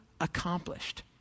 accomplished